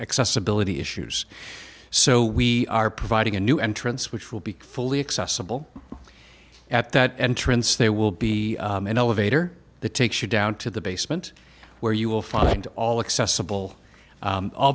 accessibility issues so we are providing a new entrance which will be fully accessible at that entrance there will be an elevator that takes you down to the basement where you will find all accessible